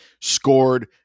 scored